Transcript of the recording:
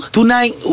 Tonight